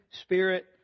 Spirit